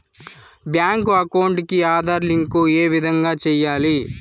Bank account కి Aadhaar link ఏ విధంగా సెయ్యాలి?